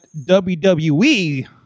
WWE